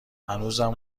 هنوزم